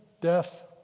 death